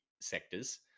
sectors